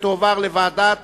ותועבר לוועדת